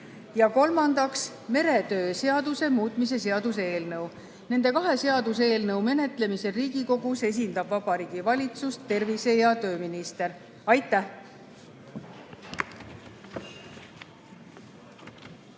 Ja kolmandaks, meretöö seaduse muutmise seaduse eelnõu. Nende kahe seaduseelnõu menetlemisel Riigikogus esindab Vabariigi Valitsust tervise- ja tööminister. Aitäh!